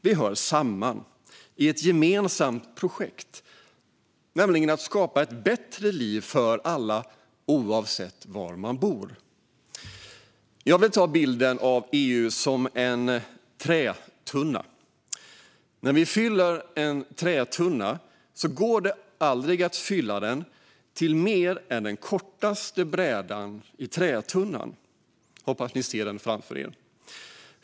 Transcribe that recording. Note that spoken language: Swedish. Vi hör samman i ett gemensamt projekt, nämligen att skapa ett bättre liv för alla oavsett var vi bor. Jag vill ta fram bilden av EU som en trätunna. Det går aldrig att fylla en trätunna till mer än den kortaste brädan i tunnan. Jag hoppas att ni ser den framför er.